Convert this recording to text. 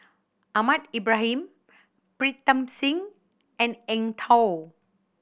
Ahmad Ibrahim Pritam Singh and Eng Tow